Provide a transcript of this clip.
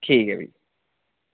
ठीक ऐ भी